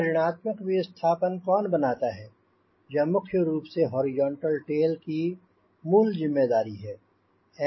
यह ऋणात्मक विस्थापन कौन बनाता है यह मुख्य रूप से हॉरिजॉन्टल टेल की मूल जिम्मेदारी है